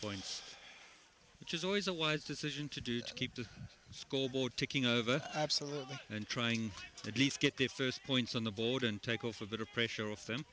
points which is always a wise decision to do to keep the school board ticking over absolutely and trying at least get the first points on the board and take off a bit of pressure